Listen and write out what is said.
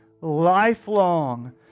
lifelong